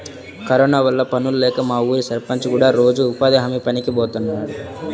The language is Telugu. కరోనా వల్ల పనుల్లేక మా ఊరి సర్పంచ్ కూడా రోజూ ఉపాధి హామీ పనికి బోతన్నాడు